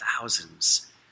thousands